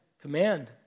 command